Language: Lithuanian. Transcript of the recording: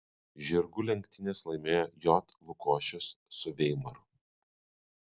žirgų lenktynes laimėjo j lukošius su veimaru